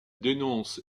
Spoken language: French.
dénonce